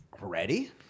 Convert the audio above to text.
Ready